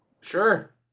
Sure